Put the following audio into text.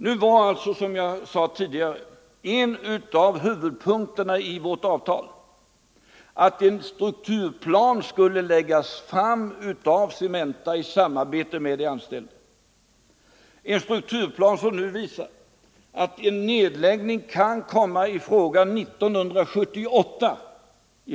Nu var alltså, som jag sade tidigare, en av huvudpunkterna i vårt avtal att en strukturplan skulle läggas fram av Cementa i samarbete med de anställda. Den strukturplanen visar att nedläggning i Hällekis kan komma i fråga 1978.